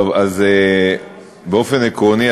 באופן עקרוני,